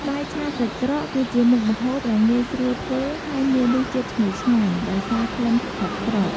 បាយឆាសាច់ក្រក គឺជាមុខម្ហូបដែលងាយស្រួលធ្វើ ហើយមានរសជាតិឈ្ងុយឆ្ងាញ់ ដោយសារក្លិនសាច់ក្រក។